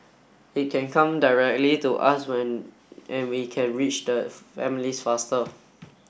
it can come directly to us when and we can reach the families faster